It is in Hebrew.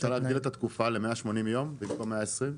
אפשר להגדיל את התקופה ל-180 ימים במקום 120 ימים?